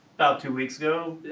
about two weeks ago.